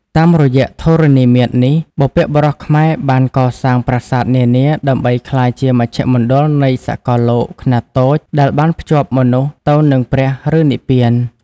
តាមរយៈធរណីមាត្រនេះ បុព្វបុរសខ្មែរបានកសាងប្រាសាទនានាដើម្បីក្លាយជាមជ្ឈមណ្ឌលនៃសកលលោកខ្នាតតូចដែលបានភ្ជាប់មនុស្សទៅនឹងព្រះ ឬនិព្វាន។